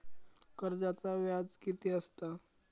कर्जाचा व्याज कीती असता?